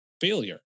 failure